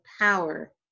power